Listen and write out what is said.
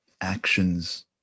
actions